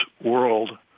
world